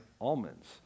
almonds